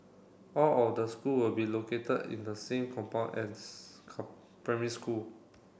all of the school will be located in the same compound as primary school